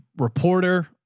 reporter